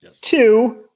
Two